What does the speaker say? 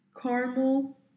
Caramel